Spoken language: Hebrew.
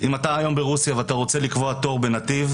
אם אתה היום ברוסיה ואתה רוצה לקבוע תור בנתיב,